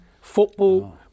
football